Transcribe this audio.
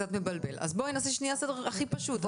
בואי נעשה שנייה סדר הכי פשוט.